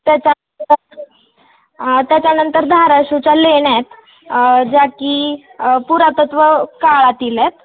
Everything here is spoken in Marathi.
त्याच्या त्याच्यानंतर धाराशिवच्या लेण्या आहेत ज्या की पुरातत्व काळातील आहेत